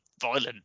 violent